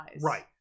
Right